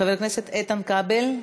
חבר הכנסת איתן כבל,